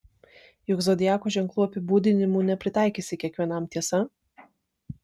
juk zodiako ženklų apibūdinimų nepritaikysi kiekvienam tiesa